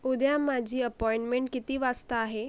उद्या माझी अपॉइणमेंट किती वाजता आहे